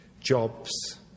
jobs